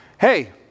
hey